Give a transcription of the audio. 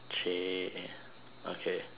!chey! okay